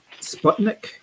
Sputnik